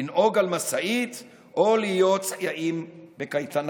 לנהוג על משאית או להיות סייעים בקייטנה.